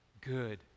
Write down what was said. good